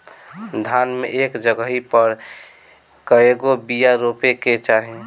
धान मे एक जगही पर कएगो बिया रोपे के चाही?